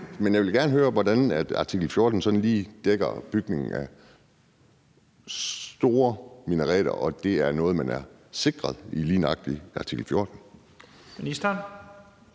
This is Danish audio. Men jeg vil gerne høre, hvordan artikel 14 dækker bygning af store minareter, og om det er noget, man er sikret i lige nøjagtig artikel 14. Kl.